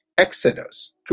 Exodus